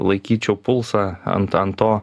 laikyčiau pulsą ant ant to